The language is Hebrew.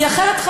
כי אחרת,